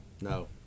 No